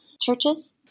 churches